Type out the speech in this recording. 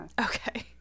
okay